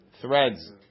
threads